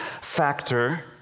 factor